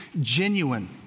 genuine